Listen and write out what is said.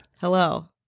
Hello